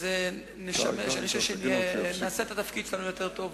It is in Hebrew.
אני חושב שנעשה את התפקיד שלנו יותר טוב